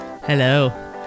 Hello